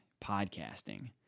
podcasting